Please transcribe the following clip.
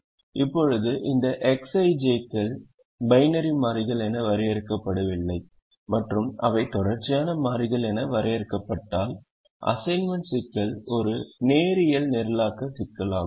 இப்போது இந்த Xij கள் பைனரி மாறிகள் என வரையறுக்கப்படவில்லை மற்றும் அவை தொடர்ச்சியான மாறிகள் என வரையறுக்கப்பட்டால் அசைன்மென்ட் சிக்கல் ஒரு நேரியல் நிரலாக்க சிக்கலாகும்